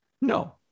No